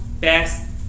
best